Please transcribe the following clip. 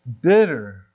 bitter